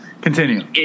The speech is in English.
Continue